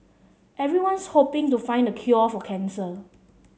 everyone's hoping to find the cure for cancer